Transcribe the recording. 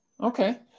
Okay